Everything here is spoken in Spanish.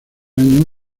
año